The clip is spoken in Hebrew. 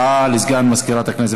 הודעה לסגן מזכירת הכנסת.